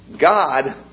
God